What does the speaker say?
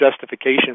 justification